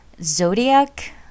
zodiac